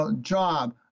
job